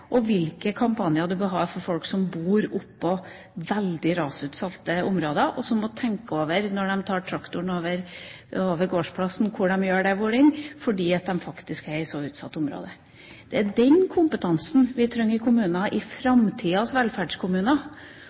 og hvilke kampanjer man bør ha for folk som bor i veldig rasutsatte områder, og som må tenke over når de tar traktoren over gårdsplassen, hvor de gjør det, fordi de faktisk er i et veldig utsatt område – det er den kompetansen vi trenger i kommunene, i framtidas velferdskommuner